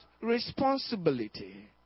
responsibility